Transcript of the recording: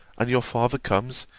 and your father comes,